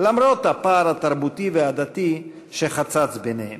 למרות הפער התרבותי והדתי שחצץ ביניהם.